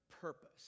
purpose